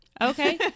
okay